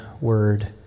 word